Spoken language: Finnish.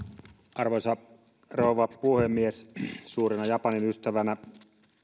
arvoisa rouva puhemies suurena japanin ystävänä